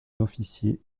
officier